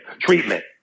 treatment